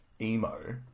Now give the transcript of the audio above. Emo